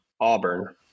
Auburn